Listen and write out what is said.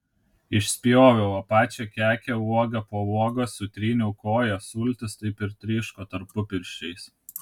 išspjoviau o pačią kekę uoga po uogos sutryniau koja sultys taip ir tryško tarpupirščiais